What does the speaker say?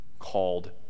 called